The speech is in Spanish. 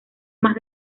más